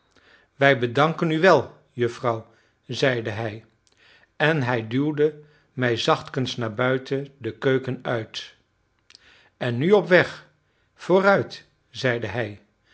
wij bedanken u wel juffrouw zeide hij en hij duwde mij zachtkens naar buiten de keuken uit en nu op weg vooruit zeide hij